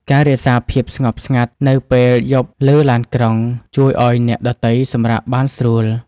ការរក្សាភាពស្ងប់ស្ងាត់នៅពេលយប់លើឡានក្រុង ជួយឱ្យអ្នកដទៃសម្រាកបានស្រួល។